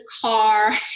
car